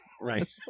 Right